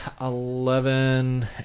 Eleven